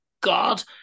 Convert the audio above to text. God